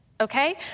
Okay